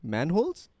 Manholes